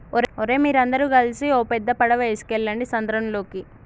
ఓరై మీరందరు గలిసి ఓ పెద్ద పడవ ఎసుకువెళ్ళండి సంద్రంలోకి